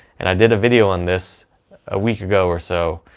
and i did a video on this a week ago or so.